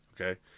Okay